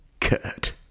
Kurt